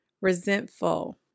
Resentful